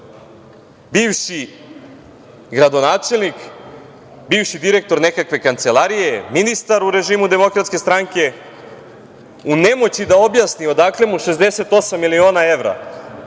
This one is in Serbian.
bivši gradonačelnik, bivši direktor nekakve kancelarije, ministar u režimu DS, u nemoći da objasni odakle mu 68 miliona evra